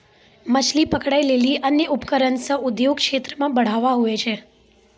मछली पकड़ै लेली अन्य उपकरण से उद्योग क्षेत्र मे बढ़ावा हुवै छै